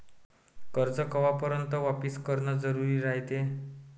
कर्ज कवापर्यंत वापिस करन जरुरी रायते?